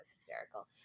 hysterical